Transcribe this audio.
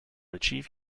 achieve